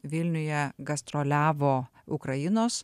vilniuje gastroliavo ukrainos